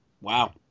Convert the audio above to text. Wow